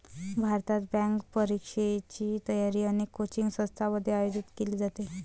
भारतात, बँक परीक्षेची तयारी अनेक कोचिंग संस्थांमध्ये आयोजित केली जाते